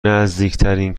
نزدیکترین